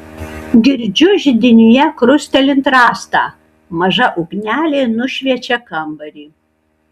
girdžiu židinyje krustelint rastą maža ugnelė nušviečia kambarį